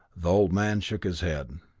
the old man shook his head.